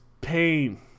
pain